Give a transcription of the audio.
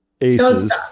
aces